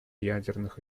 ядерных